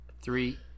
Three